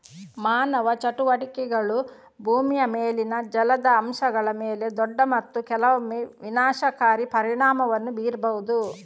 ಮಾನವ ಚಟುವಟಿಕೆಗಳು ಭೂಮಿಯ ಮೇಲಿನ ಜಲದ ಅಂಶಗಳ ಮೇಲೆ ದೊಡ್ಡ ಮತ್ತು ಕೆಲವೊಮ್ಮೆ ವಿನಾಶಕಾರಿ ಪರಿಣಾಮವನ್ನು ಬೀರಬಹುದು